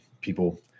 people